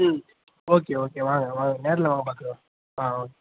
ம் okay okay வாங்க வாங்க நேரில் வாங்க பார்த்துக்குலாம் ஆ ஓகே